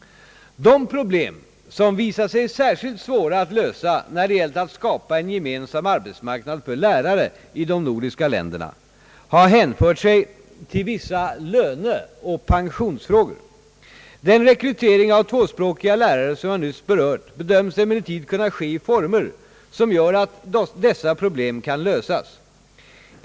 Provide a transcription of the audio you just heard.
De problem som visat sig särskilt svåra att lösa när det gällt att skapa en gemensam arbetsmarknad för lärare i de nordiska länderna har hänfört sig till vissa löneoch pensionsfrågor. Den rekrytering av tvåspråkiga lärare som jag nyss berört bedömes emellertid kunna ske i former som gör att dessa problem kan lösas.